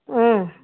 অঁ